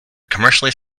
commercially